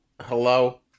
Hello